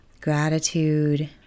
gratitude